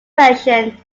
version